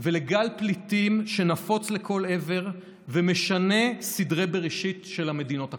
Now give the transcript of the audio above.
ולגל פליטים שנפוץ לכל עבר ומשנה סדרי בראשית במדינות הקולטות.